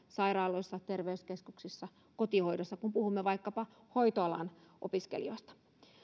sairaaloissa terveyskeskuksissa tai kotihoidossa kun puhumme vaikkapa hoitoalan opiskelijoista